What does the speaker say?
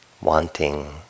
wanting